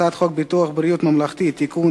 הצעת חוק הביטוח הלאומי (תיקון,